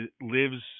lives